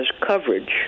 coverage